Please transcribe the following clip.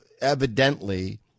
evidently